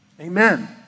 Amen